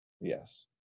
Yes